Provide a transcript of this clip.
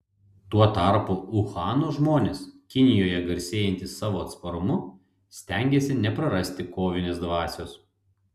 tuo tarpu uhano žmonės kinijoje garsėjantys savo atsparumu stengiasi neprarasti kovinės dvasios